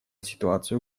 ситуацию